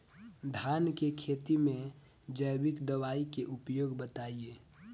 धान के खेती में जैविक दवाई के उपयोग बताइए?